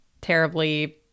terribly